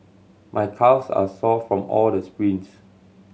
my calves are sore from all the sprints